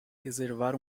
reservar